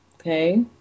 Okay